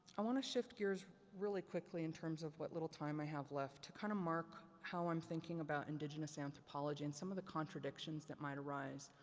i want to shift gears really quickly in terms of what little time i have left, to kind of mark how i'm thinking about indigenous anthropology and some of the contradictions that might arise.